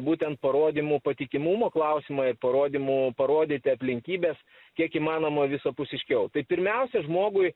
būtent parodymų patikimumo klausimą parodymų parodyti aplinkybes kiek įmanoma visapusiškiau tai pirmiausia žmogui